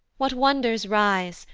what wonders rise,